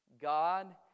God